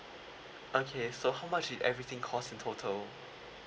okay so how much did everything cost in total